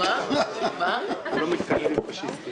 ההמלצות של הוועדה עדיין לא פורסמו.